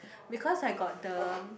because I got the